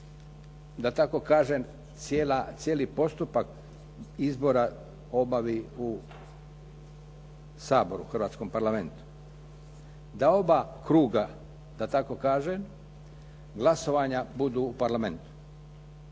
da tako kažem, cijeli postupak izbora obavi u Saboru, u Hrvatskom parlamentu, da oba kruga da tako kažem glasovanja budu u Parlamentu.